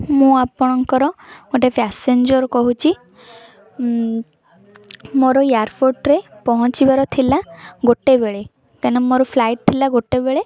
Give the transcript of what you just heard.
ମୁଁ ଆପଣଙ୍କର ଗୋଟେ ପାସେଞ୍ଜର କହୁଛି ମୋର ଏୟାରପୋର୍ଟରେ ପହଞ୍ଚିବାର ଥିଲା ଗୋଟେ ବେଳେ କାରଣ ମୋର ଫ୍ଲାଇଟ୍ ଥିଲା ଗୋଟେ ବେଳେ